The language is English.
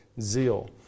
zeal